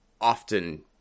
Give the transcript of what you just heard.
often